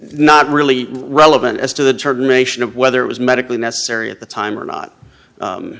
not really relevant as to the target nation of whether it was medically necessary at the time or not